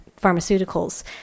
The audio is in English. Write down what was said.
pharmaceuticals